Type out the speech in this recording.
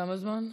כמה זמן?